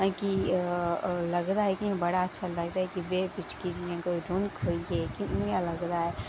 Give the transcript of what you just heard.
कि लगदा ऐ ते बड़ा अच्छा लगदा ऐ कि कोई रौनक होइये इंया लगदा ऐ